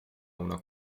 una